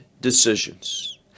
decisions